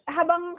Habang